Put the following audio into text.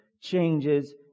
changes